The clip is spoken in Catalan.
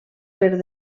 per